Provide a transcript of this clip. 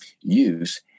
use